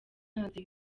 hanze